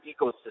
ecosystem